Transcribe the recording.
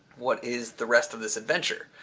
what is the rest of this adventure.